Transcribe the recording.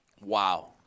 Wow